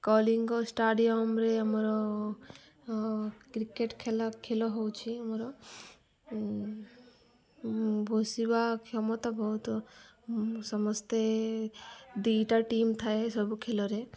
କଳିଙ୍ଗ ଷ୍ଟାଡିୟମରେ ଆମର କ୍ରିକେଟ ଖେଳା ଖେଳ ହେଉଛି ଆମର ବସିବା କ୍ଷମତା ବହୁତ ସମସ୍ତେ ଦୁଇଟା ଟିମ୍ ଥାଏ ସବୁ ଖେଳରେ